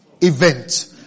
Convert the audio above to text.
event